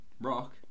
Rock